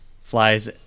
flies